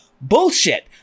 Bullshit